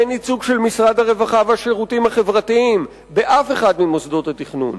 אין ייצוג של משרד הרווחה והשירותים החברתיים באף אחד ממוסדות התכנון.